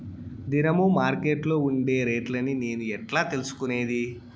దినము మార్కెట్లో ఉండే రేట్లని నేను ఎట్లా తెలుసుకునేది?